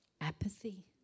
Apathy